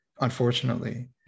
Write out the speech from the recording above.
unfortunately